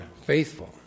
faithful